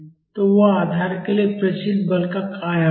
तो वह आधार के लिए प्रेषित बल का आयाम होगा